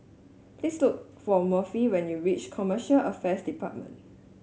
please look for Murphy when you reach Commercial Affairs Department